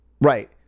Right